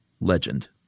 legend